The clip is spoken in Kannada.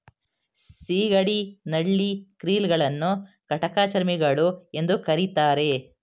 ಸಿಗಡಿ, ನಳ್ಳಿ, ಕ್ರಿಲ್ ಗಳನ್ನು ಕಂಟಕಚರ್ಮಿಗಳು ಎಂದು ಕರಿತಾರೆ